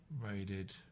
raided